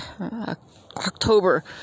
October